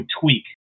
tweak